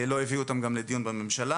גם לא הביאו אותן לדיון בממשלה.